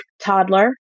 toddler